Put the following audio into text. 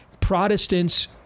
Protestants